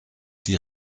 die